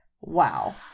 Wow